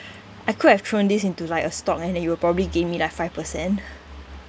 I could have thrown this into like a stock and it will probably gave me like five percent